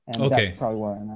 okay